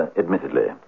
admittedly